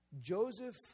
Joseph